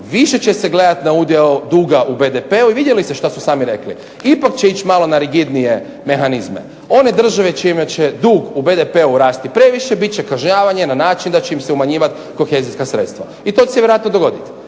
više će se gledati na udio duga u BDP-u. I vidjeli ste što su sami rekli. Ipak će ići na malo rigidnije mehanizme. One države čime će dug u BDP-u rasti previše bit će kažnjavane na način da će im se umanjivati kohezijska sredstva i to će se vjerojatno i dogoditi.